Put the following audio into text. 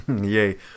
Yay